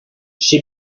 she